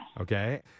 Okay